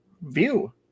view